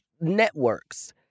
networks